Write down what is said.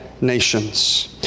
nations